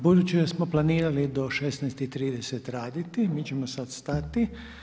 Budući da smo planirali do 16,30 raditi mi ćemo sada stati.